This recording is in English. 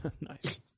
nice